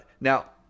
Now